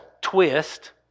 twist